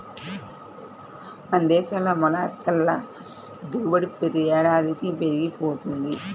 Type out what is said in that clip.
మన దేశంలో మొల్లస్క్ ల దిగుబడి ప్రతి ఏడాదికీ పెరిగి పోతున్నది